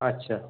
আচ্ছা